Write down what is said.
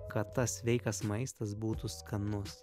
kad tas sveikas maistas būtų skanus